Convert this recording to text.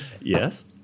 Yes